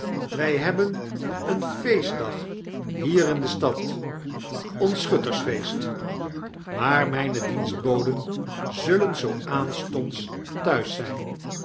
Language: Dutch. wy hebben een feestdag hier in de stad ons schuttersfeest maar myne dienstboden zullen zoo aanstonds thuis zyn